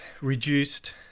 reduced